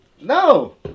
No